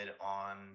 on